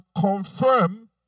confirm